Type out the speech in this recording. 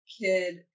kid